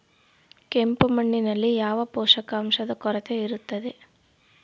ಕೆಂಪು ಮಣ್ಣಿನಲ್ಲಿ ಯಾವ ಪೋಷಕಾಂಶದ ಕೊರತೆ ಇರುತ್ತದೆ?